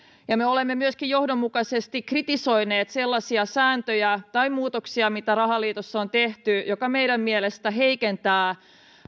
me olemme myöskin johdonmukaisesti kritisoineet sellaisia sääntöjä tai muutoksia joita rahaliitossa on tehty jotka meidän mielestämme heikentävät